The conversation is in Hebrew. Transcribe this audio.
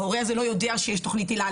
ההורה הזה לא יודע שיש תכנית הילה.